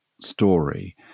story